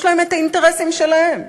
יש להם האינטרסים שלהם,